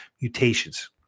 mutations